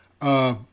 Uh